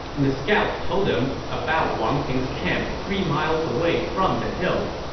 and the scout told him about wang ping's camp three miles away from the hill.